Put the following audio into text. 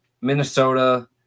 Minnesota